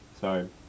Sorry